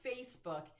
Facebook